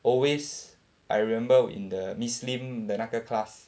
always I remember in the miss lim 的那个 class